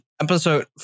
Episode